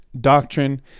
doctrine